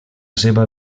seva